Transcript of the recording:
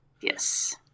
Yes